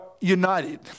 united